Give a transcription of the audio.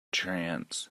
trance